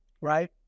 right